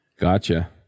Gotcha